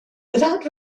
without